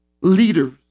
leaders